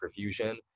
perfusion